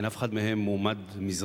ואף אחד מהם אינו מועמד מזרחי.